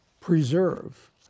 preserve